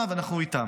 ואנחנו איתם.